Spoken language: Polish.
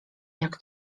jak